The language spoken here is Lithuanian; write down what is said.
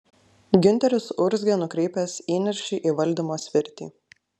giunteris urzgė nukreipęs įniršį į valdymo svirtį